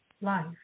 life